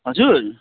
हजुर